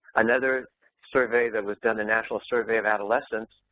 another survey that was done, the national survey of adolescents,